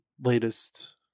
latest